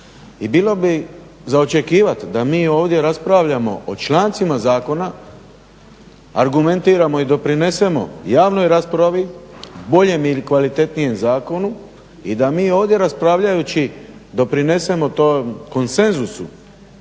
i bilo bi za očekivati da mi ovdje raspravljamo o člancima zakona, argumentiramo i doprinesemo javnoj raspravi, boljem i kvalitetnijem zakonu i da mi ovdje raspravljajući doprinesemo tom konsenzusu